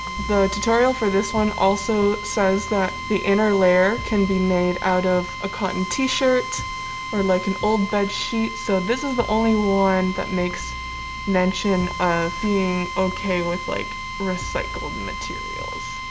the tutorial for this one also says that the inner layer can be made out of a cotton t-shirt or like an old bedsheet. so this is the only one that makes mention of being okay with like recycled and materials.